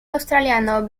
australiano